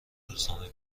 روزنامه